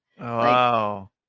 Wow